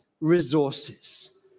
resources